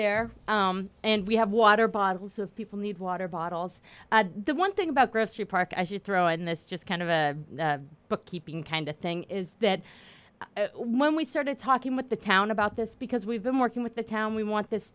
there and we have water bottles of people need water bottles the one thing about grocery park as you throw in this just kind of a bookkeeping kind of thing is that when we started talking with the town about this because we've been working with the town we want this